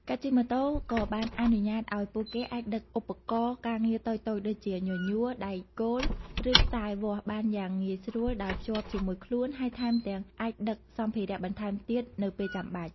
ការជិះម៉ូតូក៏បានអនុញ្ញាតឱ្យពួកគេអាចដឹកឧបករណ៍ការងារតូចៗដូចជាញញួរ ដែកគោល ឬខ្សែវាស់បានយ៉ាងងាយស្រួលដោយភ្ជាប់ជាមួយខ្លួន ហើយថែមទាំងអាចដឹកសម្ភារៈបន្ថែមទៀតនៅពេលចាំបាច់។